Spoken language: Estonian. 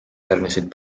järgnesid